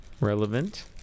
relevant